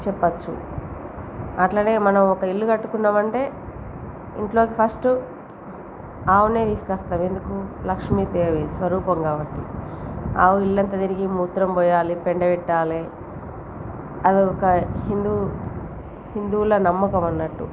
చెప్పవచ్చు అట్లనే మనం ఒక ఇల్లు కట్టుకున్నామంటే ఇంట్లోకి ఫస్ట్ ఆవునే తీసుకొస్తాం ఎందుకు లక్ష్మీ దేవి స్వరూపం కాబట్టి ఆవు ఇల్లు అంతా తిరిగి మూత్రం పోయాలి పేడ పెట్టాలి అది ఒక హిందూ హిందువుల నమ్మకం అన్నట్టు